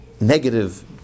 negative